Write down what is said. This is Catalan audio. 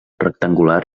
rectangular